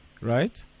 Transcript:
Right